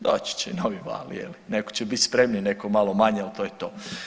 Doći će i novi val je li, netko će biti spremniji, netko malo manje, ali to je to.